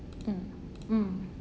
mm mm